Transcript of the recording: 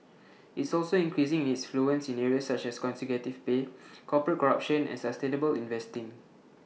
it's also increasing its influence in areas such as executive pay corporate corruption and sustainable investing